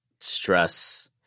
stress